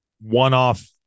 one-off